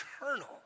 eternal